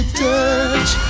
touch